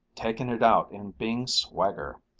taken it out in being swagger,